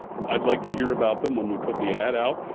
i'd like to hear about them when we put the ad out.